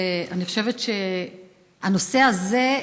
אני חושבת שהנושא הזה,